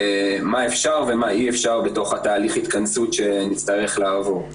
מה אפשר ומה אי אפשר בתוך תהליך ההתכנסות שנצטרך לעבור.